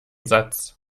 satz